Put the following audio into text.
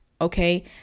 okay